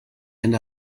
and